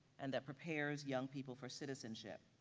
and that prepares young people for citizenship.